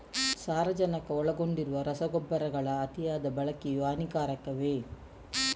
ಸಾರಜನಕ ಒಳಗೊಂಡಿರುವ ರಸಗೊಬ್ಬರಗಳ ಅತಿಯಾದ ಬಳಕೆಯು ಹಾನಿಕಾರಕವೇ?